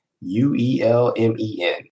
U-E-L-M-E-N